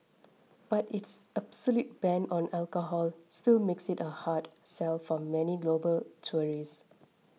but its absolute ban on alcohol still makes it a hard sell for many global tourists